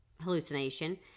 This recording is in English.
hallucination